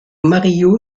mario